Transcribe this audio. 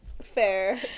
Fair